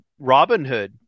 Robinhood